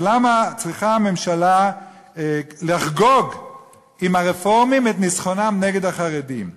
אז למה צריכה הממשלה לחגוג עם הרפורמים את ניצחונם נגד החרדים?